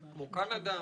למשל קנדה,